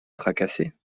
tracassait